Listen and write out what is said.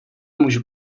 můžu